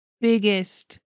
biggest